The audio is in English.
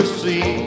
see